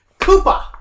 Koopa